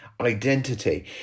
identity